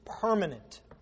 permanent